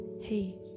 hey